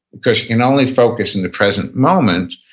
because you can only focus in the present moment,